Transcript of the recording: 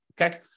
Okay